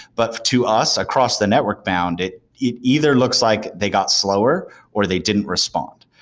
but to us, across the network bound, it it either looks like they got slower or they didn't respond.